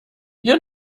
hier